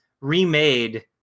remade